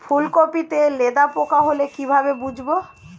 ফুলকপিতে লেদা পোকা হলে কি ভাবে বুঝবো?